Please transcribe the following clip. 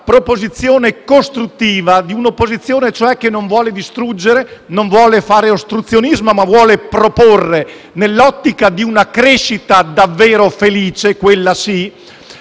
proposizione costruttiva di un'opposizione che non vuole distruggere, che non vuole fare ostruzionismo ma che vuole proporre, nell'ottica di una crescita davvero felice (quella sì),